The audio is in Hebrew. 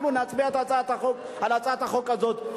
אנחנו נצביע על הצעת החוק הזאת,